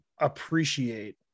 appreciate